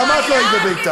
גם את לא היית בבית"ר.